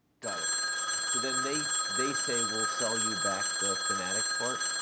got it so then they they say we'll sell you back the fanatics part?